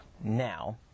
now